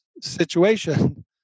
situation